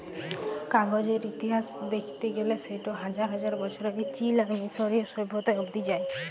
কাগজের ইতিহাস দ্যাখতে গ্যালে সেট হাজার হাজার বছর আগে চীল আর মিশরীয় সভ্যতা অব্দি যায়